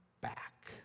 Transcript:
back